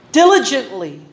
diligently